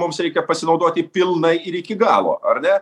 mums reikia pasinaudoti pilnai ir iki galo ar ne